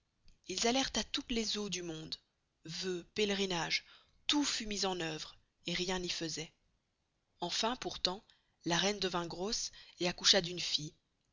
ils allerent à toutes les eaux du monde vœux pelerinages menuës devotions tout fut mis en œuvre et rien n'y faisoit enfin pourtant la reine devint grosse et accoucha d'une fille